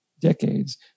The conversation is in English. decades